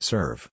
Serve